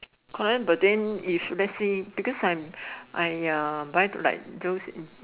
correct but then if let's say because I am I uh buy like those